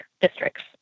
districts